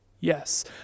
Yes